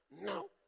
no